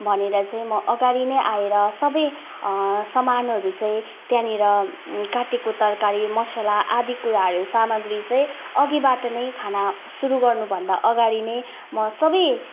भनेर चाहिँ म अगाडि नै आएर सबै सामानहरू चाहिँ त्यहाँनिर काटेको तरकारी मसला आदि कुराहरू सामग्री चाहिँ अघिबाट नै खाना सुरु गर्नुभन्दा अगाडि नै म सबै